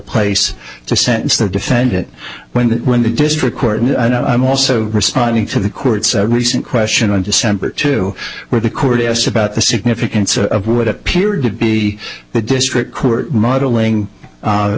place to sentence the defend it when the district court and i'm also responding to the court's recent question on december two where the court asked about the significance of what appeared to be the district court modeling